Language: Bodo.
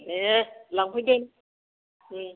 दे लांफै दे उम